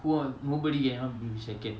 who will nobody can be second